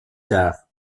tard